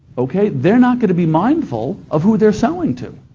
okay, they're not going to be mindful of who they're selling to,